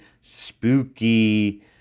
spooky